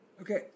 Okay